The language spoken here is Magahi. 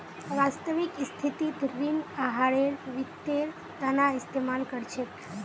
वास्तविक स्थितित ऋण आहारेर वित्तेर तना इस्तेमाल कर छेक